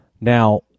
Now